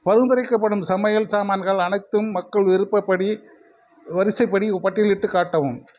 பரிந்துரைக்கப்படும் சமையல் சாமான்கள் அனைத்தும் மக்கள் விருப்பப்படி வரிசைப்படி பட்டியலிட்டுக் காட்டவும்